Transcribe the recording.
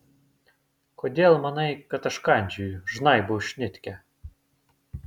kodėl manai kad aš kandžioju žnaibau šnitkę